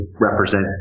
represent